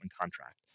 contract